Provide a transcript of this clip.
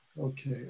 Okay